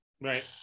Right